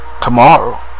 Tomorrow